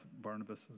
Barnabas